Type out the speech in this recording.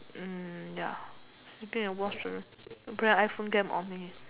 ya sleeping and watch the play iPhone game only